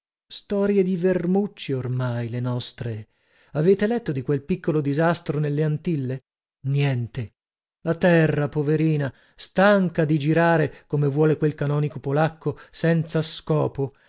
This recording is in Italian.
storie di vermucci ormai le nostre avete letto di quel piccolo disastro delle antille niente la terra poverina stanca di girare come vuole quel canonico polacco senza scopo